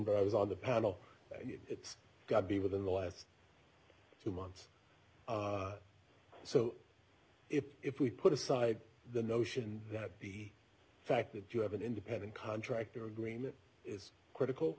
invited on the panel it's got to be within the last two months so if we put aside the notion that the fact that you have an independent contractor agreement is critical